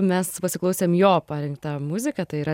mes pasiklausėm jo parinktą muziką tai yra